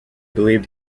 believed